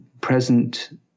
present